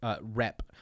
Rep